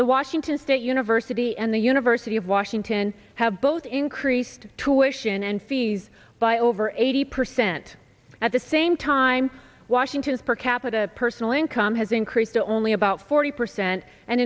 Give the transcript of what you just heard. the washington state university and the university of washington have both increased tuitions and fees by over eighty percent at the same time washington's per capita personal income has increased only about forty percent and